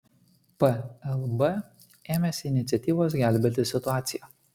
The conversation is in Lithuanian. plb ėmėsi iniciatyvos gelbėti situaciją